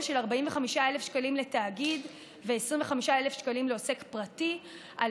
של 45,000 שקלים לתאגיד ו-25,000 שקלים לעוסק פרטי על